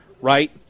right